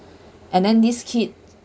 and then these kid